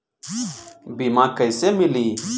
बीमा कैसे मिली?